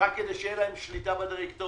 רק כדי שתהיה להם שליטה בדירקטוריון.